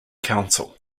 council